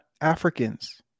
Africans